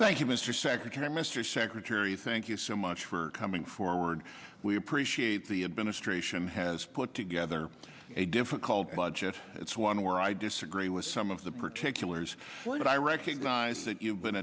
thank you mr secretary mr secretary thank you so much for coming forward we appreciate the administration has put together a difficult budget it's one where i disagree with some of the particulars but i recognize that you've been